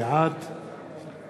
בעד